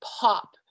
pop